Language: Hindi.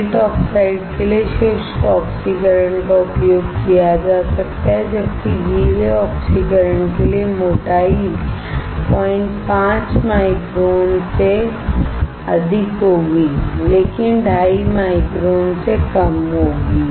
गेट आक्साइड के लिए शुष्क ऑक्सीकरण का उपयोग किया जा सकता है जबकि गीले ऑक्सीकरण के लिए मोटाई 05 माइक्रोन से अधिक होगी लेकिन 25 माइक्रोन से कम होगी